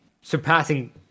surpassing